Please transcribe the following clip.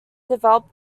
develop